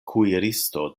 kuiristo